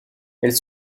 elles